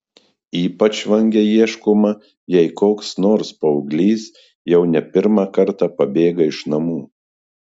ypač vangiai ieškoma jei koks nors paauglys jau ne pirmą kartą pabėga iš namų